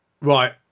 Right